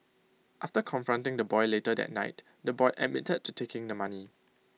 after confronting the boy later that night the boy admitted to taking the money